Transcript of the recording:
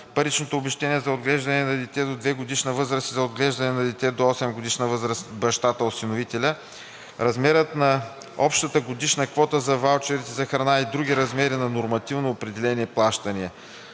паричното обезщетение за отглеждане на дете до 2-годишна възраст и за отглеждане на дете до 8-годишна възраст от бащата (осиновителя); размерът на общата годишна квота за ваучери за храна и други размери на нормативно определени плащания.